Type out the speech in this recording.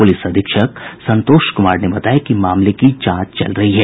police अधीक्षक संतोष कुमार ने बताया कि मामले की जांच चल रही है